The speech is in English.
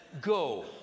go